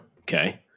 okay